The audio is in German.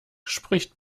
spricht